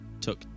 took